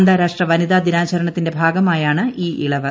അന്താരാഷ്ട്ര വനിതാ ദിനാചരണത്തിന്റെ ഭാഗമായാണ് ഈ ഇളവ്